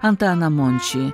antaną mončį